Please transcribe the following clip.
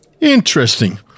Interesting